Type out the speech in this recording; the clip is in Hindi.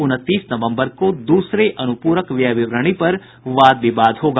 उनतीस नवम्बर को दूसरे अनुपूरक व्यय विवरणी पर वाद विवाद होगा